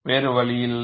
வேறு வழியில்லை